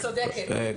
אני